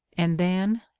and then,